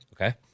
Okay